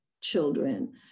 children